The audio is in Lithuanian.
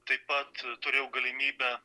taip pat turėjau galimybę